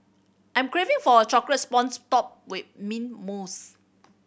I'm craving for a chocolate sponge topped with mint mousse